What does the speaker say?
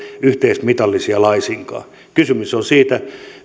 yhteismitallisia laisinkaan kysymys on siitä